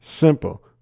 Simple